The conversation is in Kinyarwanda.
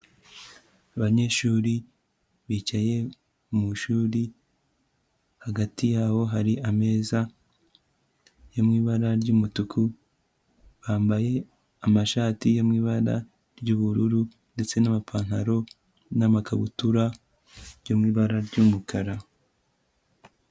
Abanyeshuri bicaye mu ishuri, hagati yabo hari ameza yo mu ibara ry'umutuku, bambaye amashati yo mu ibara ry'ubururu ndetse n'amapantaro n'amakabutura byo mu ibara ry'umukara.